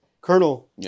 Colonel